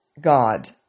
God